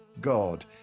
God